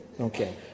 Okay